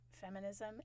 Feminism